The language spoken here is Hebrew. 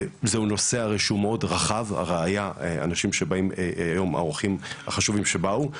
זהו נושא שהוא מאוד רחב ולראיה האורחים הרבים והחשובים שבאו היום.